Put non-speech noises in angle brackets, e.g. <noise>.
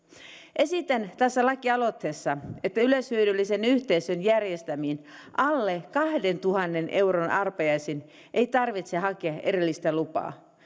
esitän tässä lakialoitteessa että yleishyödyllisen yhteisön järjestämiin alle kahdentuhannen euron arpajaisiin ei tarvitse hakea erillistä lupaa <unintelligible>